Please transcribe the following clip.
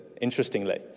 interestingly